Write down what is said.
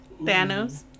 Thanos